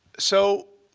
so